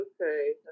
okay